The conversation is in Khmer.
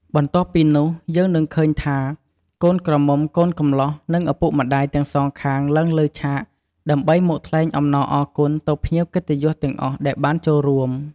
បន្ទាប់ពីនោះយើងនឹងឃើញ ថាកូនក្រមុំកូនកំលោះនិងឪពុកម្តាយទាំងសងខាងឡើងលើឆាក ដើម្បីមកថ្លែងអំណអរគុណទៅភ្ញៀវកិត្តិយសទាំងអស់ដែលបានចូលរួម។